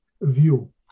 view